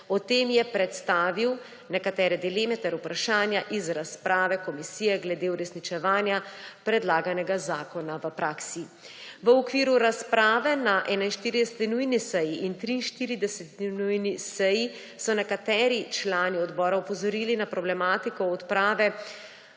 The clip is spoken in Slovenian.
Ob tem je predstavil nekatere dileme ter vprašanja iz razprave komisije glede uresničevanja predlaganega zakona v praksi. V okviru razprave na 41. nujni seji in 43. nujni seji so nekateri člani odbora opozorili na problematiko odprave